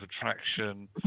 attraction